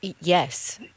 Yes